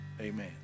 Amen